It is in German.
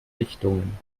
richtungen